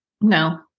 no